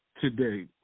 today